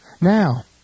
Now